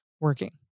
working